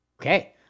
Okay